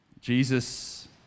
Jesus